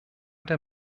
der